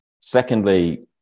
secondly